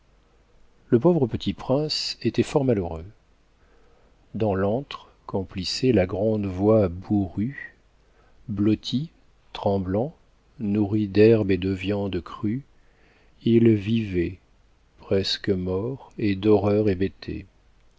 le pauvre petit prince était fort malheureux dans l'antre qu'emplissait la grande voix bourrue blotti tremblant nourri d'herbe et de viande crue il vivait presque mort et d'horreur